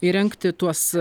įrengti tuos